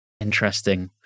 Interesting